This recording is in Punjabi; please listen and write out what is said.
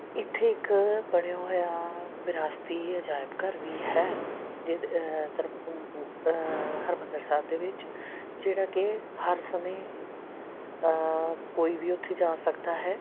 ਇੱਥੇ ਇੱਕ ਬਣਿਆ ਹੋਇਆ ਵਿਰਾਸਤੀ ਅਜਾਇਬ ਘਰ ਵੀ ਹੈ ਜਿ ਹਰਿਮੰਦਰ ਸਾਹਿਬ ਦੇ ਵਿੱਚ ਜਿਹੜਾ ਕਿ ਹਰ ਸਮੇਂ ਕੋਈ ਵੀ ਉੱਥੇ ਜਾ ਸਕਦਾ ਹੈ